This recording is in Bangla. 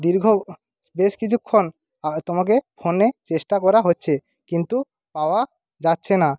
দীর্ঘ বেশ কিছুক্ষণ তোমাকে ফোনে চেষ্টা করা হচ্ছে কিন্তু পাওয়া যাচ্ছে না